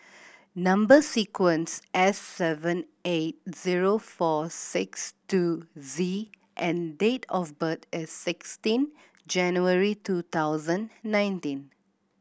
number sequence S seven eight zero four six two Z and date of birth is sixteen January two thousand nineteen